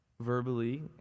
verbally